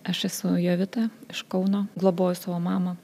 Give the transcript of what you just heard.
aš esu jovita iš kauno globoju savo mamą